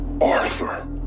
Arthur